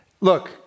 look